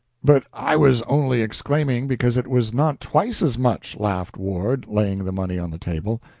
but i was only exclaiming because it was not twice as much, laughed ward, laying the money on the table.